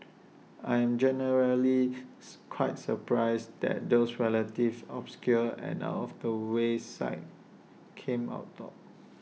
I am generally quite surprised that those relative obscure and out of the way sites came out top